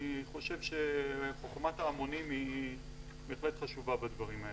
אני חושב שחוכמת ההמונים היא בהחלט חשובה בדברים האלה.